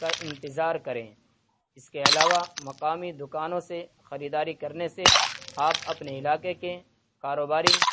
کا انتظار کریں اس کے علاوہ مقامی دکانوں سے خریداری کرنے سے آپ اپنے علاقے کے کاروباری